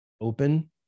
open